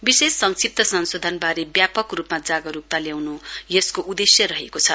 विशेष संक्षिप्त संशोधनबारे व्यापक रूपमा जागरूकता ल्याउनु यसको उद्देश्य रहेको छ